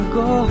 go